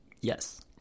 Yes